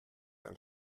ein